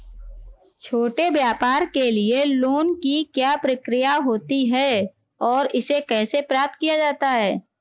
छोटे व्यापार के लिए लोंन की क्या प्रक्रिया होती है और इसे कैसे प्राप्त किया जाता है?